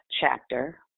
chapter